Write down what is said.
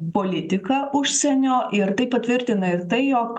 politiką užsienio ir tai patvirtina ir tai jog